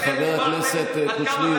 אז חבר הכנסת קושניר,